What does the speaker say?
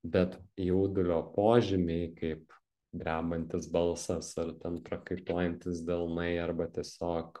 bet jaudulio požymiai kaip drebantis balsas ar ten prakaituojantys delnai arba tiesiog